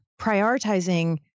prioritizing